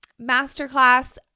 masterclass